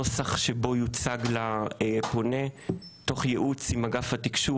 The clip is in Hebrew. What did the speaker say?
שיוצג לפונה תוך ייעוץ עם אגף התקשוב,